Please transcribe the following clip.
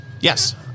Yes